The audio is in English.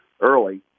early